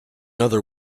other